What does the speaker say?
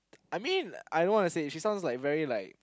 I mean I don't wana say she sounds like very like